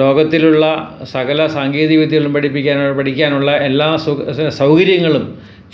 ലോകത്തിലുള്ള സകല സാങ്കേതിക വിദ്യകളും പഠിപ്പിക്കാനൊ പഠിക്കാനുള്ള എല്ലാ സുഖ സൗകര്യങ്ങളും